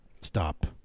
stop